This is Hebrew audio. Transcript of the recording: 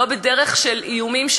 לא בדרך של איומים,